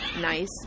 nice